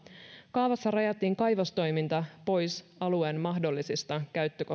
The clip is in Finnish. kaavassa rajattiin kaivostoiminta pois alueen mahdollisista